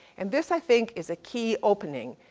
and this i think is a key opening.